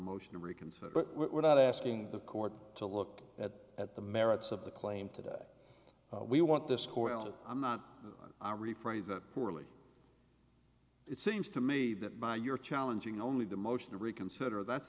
motion to reconsider but we're not asking the court to look at at the merits of the claim today we want this coil to i'm not i'll rephrase that poorly it seems to me that by your challenging only the motion to reconsider that's